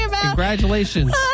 congratulations